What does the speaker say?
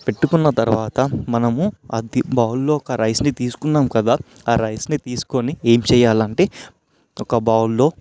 పెట్టుకున్న తరువాత మనము అది బౌల్లో ఒక రైస్ని తీసుకున్నాం కదా ఆ రైస్ని తీసుకొని ఏం చేయాలంటే ఒక బౌల్లో